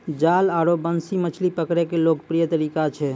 जाल आरो बंसी मछली पकड़ै के लोकप्रिय तरीका छै